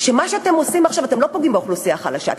שבמה שאתם עושים עכשיו אתם לא פוגעים באוכלוסייה החלשה,